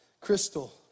Crystal